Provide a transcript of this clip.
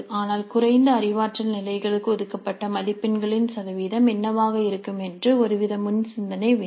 ஆனால் குறைந்த அறிவாற்றல் நிலைகளுக்கு ஒதுக்கப்பட்ட மதிப்பெண்களின் சதவீதம் என்னவாக இருக்கும் என்று ஒருவித முன் சிந்தனை வேண்டும்